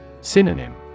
Synonym